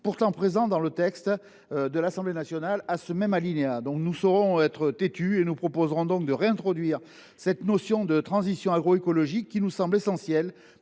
pourtant présent dans le texte de l’Assemblée nationale à ce même alinéa. Nous saurons être têtus et proposerons de réintroduire partout où il le faudra la notion de transition agroécologique, qui nous semble essentielle,